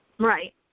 Right